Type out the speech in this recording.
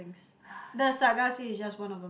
the saga seed is just one of them